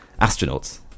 astronauts